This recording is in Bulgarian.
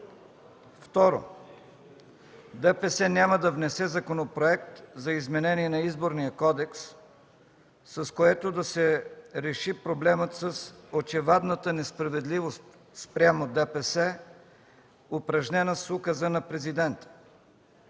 Второ, ДПС няма да внесе Законопроект за изменение на Изборния кодекс, с което да се реши проблемът с очевадната несправедливост спрямо ДПС, упражнена с указа на Президента.